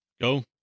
Go